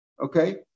Okay